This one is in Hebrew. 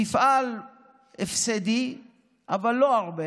מפעל הפסדי אבל לא הרבה